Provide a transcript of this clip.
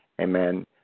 Amen